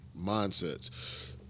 mindsets